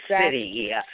city